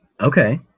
okay